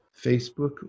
Facebook